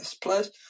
Plus